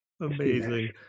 Amazing